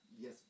Yes